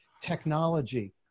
technology